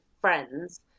friends